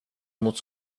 mot